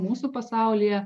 mūsų pasaulyje